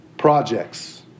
projects